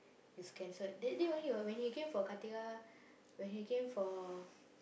it's cancelled that day only what when he came for when he came for